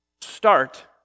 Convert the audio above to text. Start